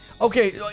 Okay